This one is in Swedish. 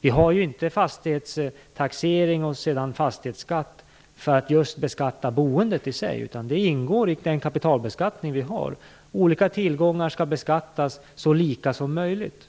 Vi har ju inte fastighetstaxering och sedan fastighetsskatt för att just beskatta boendet i sig, utan det ingår i kapitalbeskattningen. Olika tillgångar skall beskattas så lika som möjligt.